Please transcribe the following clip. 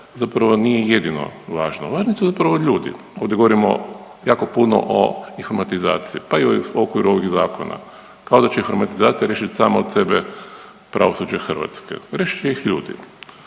zapravo nije jedino važno. Važni su zapravo ljudi. Ovdje govorimo jako puno o informatizaciji, pa i u okviru ovih zakona kao da će informatizacija riješit sama od sebe pravosuđe Hrvatske, riješit će ih ljudi.